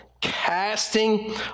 casting